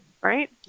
right